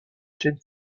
jane